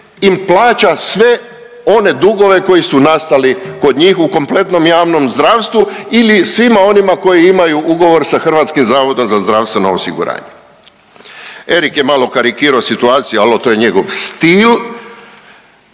im plaća sve one dugove koji su nastali kod njih u kompletnom javnom zdravstvu ili svima onima koji imaju ugovor sa HZZO-om. Erik je malo karikirao situaciju, ali to je njegov stil